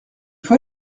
fois